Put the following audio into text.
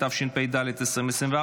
התשפ"ד 2024,